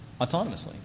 autonomously